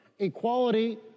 equality